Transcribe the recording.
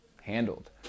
handled